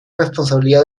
responsabilidad